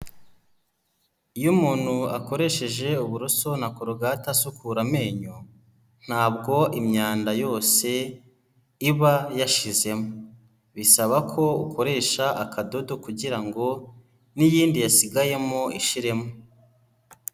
Iyo umuntu akoresheje uburoso na korogati asukura amenyo ntabwo imyanda yose iba yashizemo, bisaba ko ukoresha akadodo kugira ngo n'iyindi yasigayemo ishiremo.